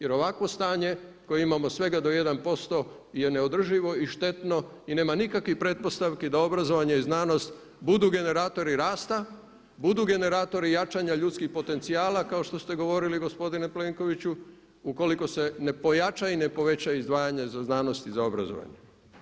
Jer ovakvo stanje koje imamo svega do 1% je neodrživo i štetno i nema nikakvih pretpostavki da obrazovanje i znanost budu generatori rasta, budu generatori jačanja ljudskih potencijala kao što ste govorili gospodine Plenkoviću ukoliko se ne pojača i ne poveća izdvajanje za znanost i za obrazovanje.